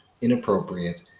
inappropriate